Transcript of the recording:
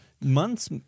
Months